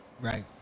right